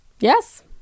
yes